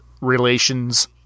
relations